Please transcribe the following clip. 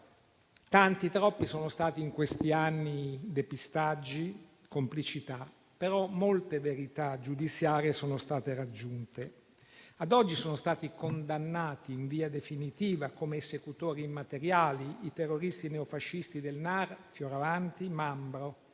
Tanti, troppi sono stati in questi anni depistaggi e complicità, però molte verità giudiziarie sono state raggiunte. Ad oggi sono stati condannati in via definitiva come esecutori materiali i terroristi neofascisti del NAR Fioravanti, Mambro,